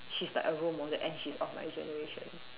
she's like a role model and she's of my generation